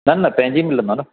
न न पंहिंजी मिलंदव न